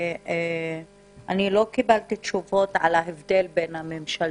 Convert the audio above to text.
אני לא קיבלתי תשובות על ההבדל בין הממשלתי.